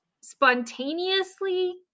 spontaneously